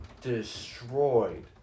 destroyed